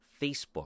Facebook